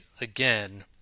again